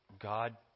God